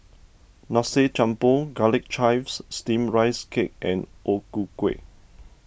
Nasi Campur Garlic Chives Steamed Rice Cake and O Ku Kueh